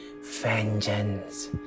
Vengeance